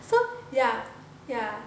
so ya ya